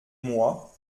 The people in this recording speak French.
moi